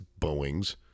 Boeings